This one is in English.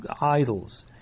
idols